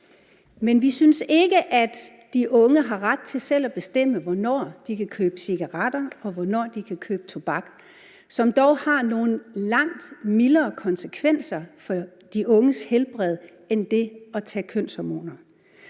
Men vi synes ikke, at de unge har ret til selv at bestemme, hvornår de kan købe cigaretter, og hvornår de kan købe tobak, som dog har nogle langt mildere konsekvenser for de unges helbred end det at tage kønshormoner.